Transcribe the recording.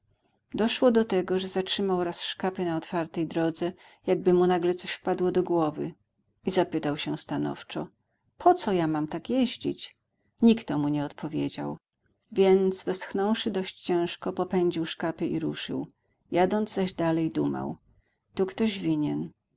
doszło do tego że zatrzymał raz szkapy na otwartej drodze jakby mu nagle coś wpadło do głowy i zapytał się stanowczo po co ja mam tak jeździć nikto mu nie odpowiedział więc westchnąwszy dość ciężko popędził szkapy i ruszył jadąc zaś dalej dumał tu ktoś winien